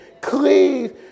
Cleave